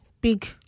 big